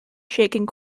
shaking